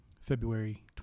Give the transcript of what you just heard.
February